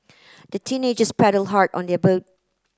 the teenagers paddled hard on their boat